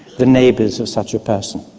the neighbours of such a person,